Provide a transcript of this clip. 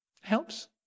Helps